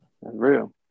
real